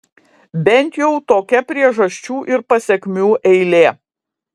bent jau tokia priežasčių ir pasekmių eilė